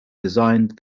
designed